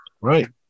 Right